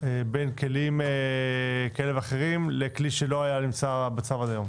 בין כלים כאלה ואחרים לכלי שלא היה נמצא בצו עד היום.